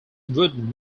would